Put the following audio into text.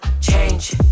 Change